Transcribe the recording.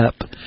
up